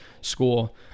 school